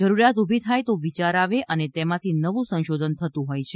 જરૂરીયાત ઉભી થાય તો વિયાર આવે અને તેમાંથી નવું સંશોધન થતું હોય છે